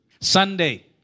Sunday